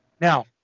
Now